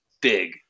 big